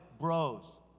bros